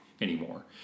anymore